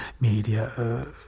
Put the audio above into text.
media